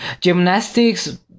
gymnastics